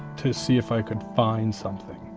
to see if i could find something.